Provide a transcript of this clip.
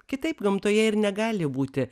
kitaip gamtoje ir negali būti